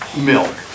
milk